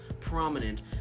prominent